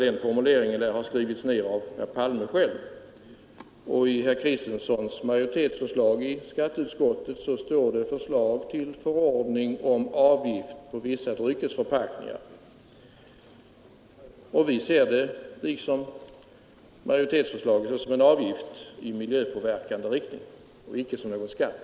Den formuleringen lär ha skrivits ned av herr Palme själv. I majoritetsförslaget i skatteutskottets betänkande står det ”Förslag till Förordning om avgift på vissa dryckesförpackningar”. Vi ser det såsom en avgift i miljöpåverkande riktning och icke som någon skatt.